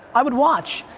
i would watch.